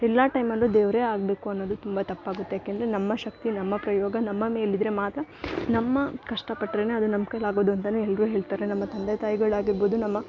ಎಲ್ಲ ಟೈಮಲ್ಲೂ ದೇವರೇ ಆಗಬೇಕು ಅನ್ನೋದು ತುಂಬ ತಪ್ಪಾಗುತ್ತೆ ಯಾಕೆಂದರೆ ನಮ್ಮ ಶಕ್ತಿ ನಮ್ಮ ಪ್ರಯೋಗ ನಮ್ಮ ಮೇಲಿದ್ದರೆ ಮಾತ್ರ ನಮ್ಮ ಕಷ್ಟ ಪಟ್ರೇ ಅದು ನಮ್ಮ ಕೈಲಿ ಆಗೋದು ಅಂತನು ಎಲ್ಲರೂ ಹೇಳ್ತಾರೆ ನಮ್ಮ ತಂದೆ ತಾಯಿಗಳಾಗಿರ್ಬೌದು ನಮ್ಮ